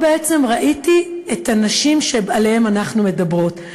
בעצם ראיתי את הנשים שעליהן אנחנו מדברות.